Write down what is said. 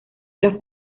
los